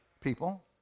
people